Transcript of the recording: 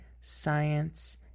science